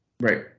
right